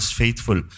faithful